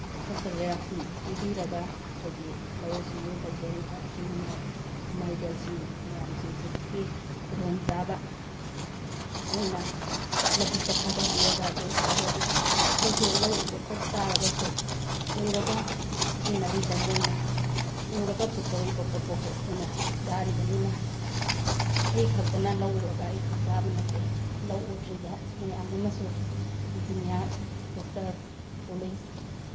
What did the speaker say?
ꯑꯍꯛꯄ ꯆꯩꯔꯥꯛꯁꯤꯡꯁꯤ ꯄꯤꯕꯤꯔꯒ ꯑꯩꯈꯣꯏꯒꯤ ꯂꯧꯎ ꯁꯤꯡꯎ ꯇꯧꯖꯔꯤꯕ ꯏꯆꯤꯜ ꯏꯅꯥꯎ ꯏꯃꯥ ꯏꯕꯦꯜꯁꯤꯡ ꯃꯌꯥꯝꯁꯤꯡꯁꯤꯒꯤ ꯈꯨꯗꯣꯡꯆꯥꯕ ꯑꯣꯏꯅ ꯂꯧꯕꯨꯛꯇꯥ ꯊꯥꯗꯕꯤꯔꯕ ꯑꯗꯨ ꯑꯣꯏ ꯇꯥꯔꯒꯗꯤ ꯑꯩꯈꯣꯏꯁꯨ ꯂꯧ ꯎꯖꯗꯇꯥꯔꯒꯁꯨ ꯎꯔꯒ ꯁꯤꯖꯤꯟꯅꯔꯤꯕ ꯃꯣꯏꯅ ꯎꯔꯒ ꯄꯨꯊꯣꯔꯛꯏꯕ ꯄꯣꯊꯣꯛꯇꯣ ꯑꯩꯈꯣꯏꯅ ꯆꯥꯔꯤꯕꯅꯤꯅ ꯑꯩ ꯈꯛꯇꯅ ꯂꯧ ꯎꯔꯒ ꯑꯩꯈꯛ ꯆꯥꯕ ꯅꯠꯇꯦ ꯂꯧ ꯎꯗ꯭ꯔꯤꯕ ꯃꯌꯥꯝ ꯑꯃꯁꯨ ꯏꯟꯖꯤꯅꯤꯌꯥꯔ ꯗꯣꯛꯇꯔ ꯄꯨꯂꯤꯁ